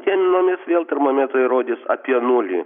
dienomis vėl termometrai rodys apie nulį